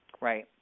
Right